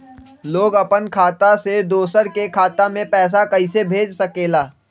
लोग अपन खाता से दोसर के खाता में पैसा कइसे भेज सकेला?